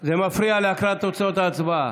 מפריע להקראת תוצאות ההצבעה.